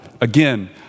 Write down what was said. Again